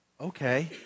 okay